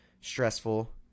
stressful